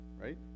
right